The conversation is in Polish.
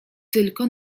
tylko